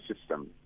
system